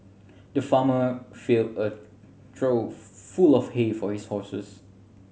the farmer filled a trough full of hay for his horses